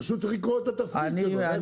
פשוט צריך לקרוא את התפריט שלו.